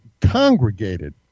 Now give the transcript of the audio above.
congregated